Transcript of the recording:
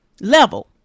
level